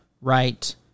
right